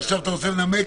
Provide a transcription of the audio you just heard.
עכשיו אתה רוצה לנמק?